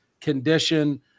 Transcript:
condition